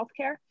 healthcare